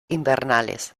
invernales